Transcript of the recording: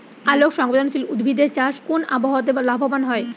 আলোক সংবেদশীল উদ্ভিদ এর চাষ কোন আবহাওয়াতে লাভবান হয়?